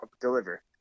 deliver